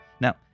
Now